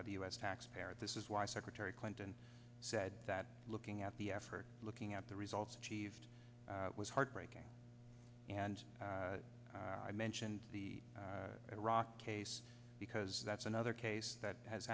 by the u s taxpayer this is why secretary clinton said that looking at the effort looking at the results achieved was heartbreaking and i mentioned the iraq case because that's another case that has